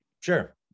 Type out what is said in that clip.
Sure